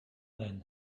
then